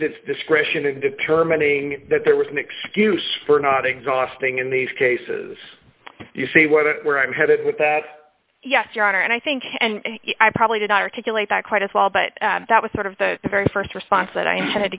its discretion in determining that there was an excuse for not exhausting in these cases you see whether where i'm headed with that yes your honor and i think i probably did articulate that quite as well but that was sort of the very st response that i had to